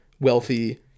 wealthy